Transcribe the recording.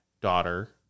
daughter